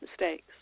mistakes